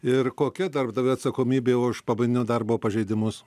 ir kokia darbdavio atsakomybė už pamaininio darbo pažeidimus